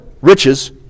riches